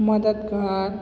मददगारु